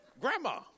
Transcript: Grandma